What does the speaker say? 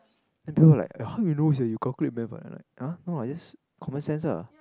then people like how you know sia you calculate math ah then like [huh] no lah just common sense ah